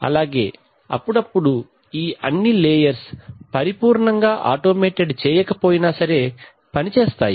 అలాగే అప్పుడప్పుడు ఈ అన్నిలేయర్స్ పరిపూర్ణంగా ఆటోమేటెడ్ చేయకపోయినా పనిచేస్తాయి